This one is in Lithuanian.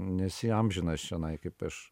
nesi amžinas čionai kaip aš